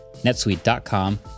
netsuite.com